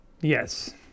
Yes